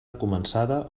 començada